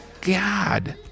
God